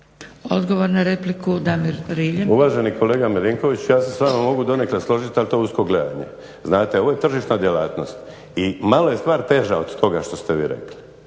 Rilje. **Rilje, Damir (SDP)** Uvaženi kolega Milinković, ja se s vama mogu donekle složiti ali to je usko gledanje. Znate, ovo je tržišna djelatnost i malo je stvar teža od toga što ste vi rekli.